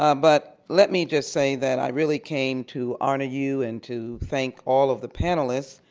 um but let me just say that i really came to honor you and to thank all of the panelists,